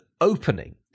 opening